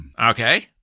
Okay